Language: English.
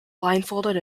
blindfolded